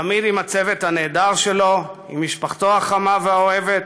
תמיד עם הצוות הנהדר שלו, עם משפחתו החמה והאוהבת,